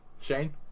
Shane